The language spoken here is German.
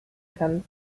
kann